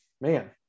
man